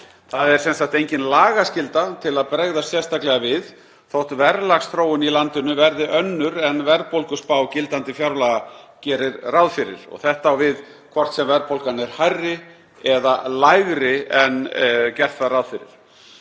Það er sem sagt engin lagaskylda til að bregðast sérstaklega við þótt verðlagsþróun í landinu verði önnur en verðbólguspá gildandi fjárlaga gerir ráð fyrir. Þetta á við hvort sem verðbólgan er hærri eða lægri en gert var ráð fyrir.